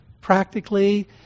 practically